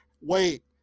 wait